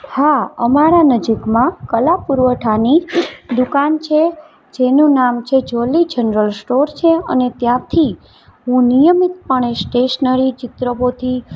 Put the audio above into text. હા અમારા નજીકમાં કલા પુરવઠાની દુકાન છે જેનું નામ છે જોલી જનરલ સ્ટોર છે અને ત્યાંથી હું નિયમિતપણે સ્ટેશનરી ચિત્રપોથી